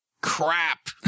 Crap